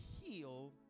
heal